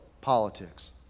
politics